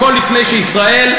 הכול לפני שישראל,